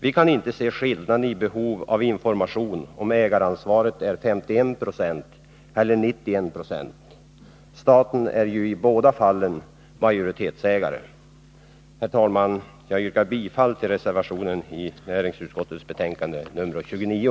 Vi kan inte se att det är någon skillnad när det gäller behovet av information, om ägaransvaret är 5S1-procentigt eller 91-procentigt. Staten är ju i båda fallen majoritetsdelägare. Herr talman! Jag yrkar bifall till reservationen i näringsutskottets betänkande nr 29.